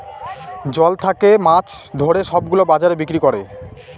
জল থাকে মাছ ধরে সব গুলো বাজারে বিক্রি করে